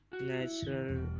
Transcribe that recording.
natural